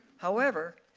however,